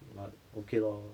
but okay lor